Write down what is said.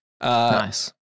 Nice